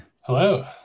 Hello